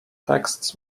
texts